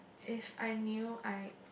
if I knew I